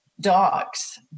dogs